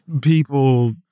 people